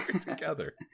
together